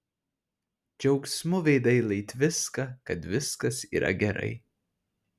džiaugsmu veidai lai tviska kad viskas yra gerai